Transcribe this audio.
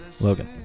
Logan